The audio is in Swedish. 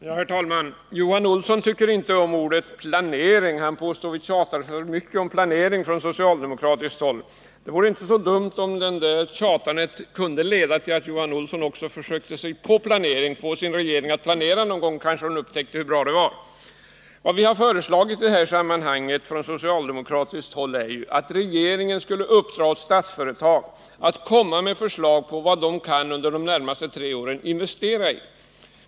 Herr talman! Johan Olsson tycker inte om ordet planering. Han påstår att vitjatar för mycket om planering på socialdemokratiskt håll. Det vore inte så dumt om det där tjatandet kunde leda till att också Johan Olsson försökte få sin regering att planera någon gång — då kanske man där upptäckte hur bra det var. Vad vi på socialdemokratiskt håll har föreslagit i det här sammanhanget är att regeringen skall uppdra åt Statsföretag att komma med förslag om vad man under de närmaste tre åren kan investera i.